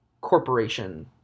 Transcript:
corporation